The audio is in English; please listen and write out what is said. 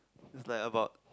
it's like about